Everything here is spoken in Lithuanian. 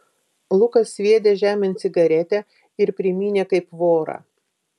lukas sviedė žemėn cigaretę ir primynė kaip vorą